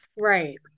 Right